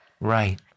right